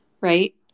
right